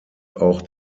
auch